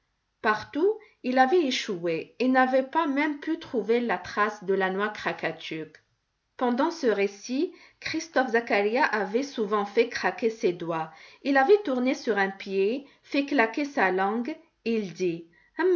partout il avait échoué et n'avait pas même pu trouver la trace de la noix krakatuk pendant ce récit christophe zacharias avait souvent fait craquer ses doigts il avait tourné sur un pied fait claquer sa langue il dit